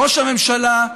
ראש הממשלה,